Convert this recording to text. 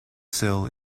sill